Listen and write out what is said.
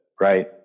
right